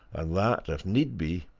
and that, if need be,